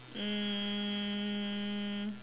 um